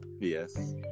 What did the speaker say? Yes